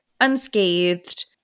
unscathed